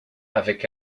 avec